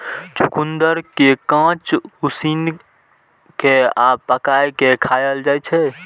चुकंदर कें कांच, उसिन कें आ पकाय कें खाएल जाइ छै